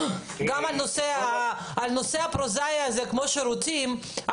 גם הנושא הפרוזאי הזה של שירותים,